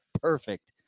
perfect